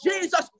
Jesus